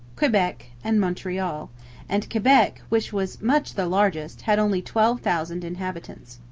quebec, and montreal and quebec, which was much the largest, had only twelve thousand inhabitants.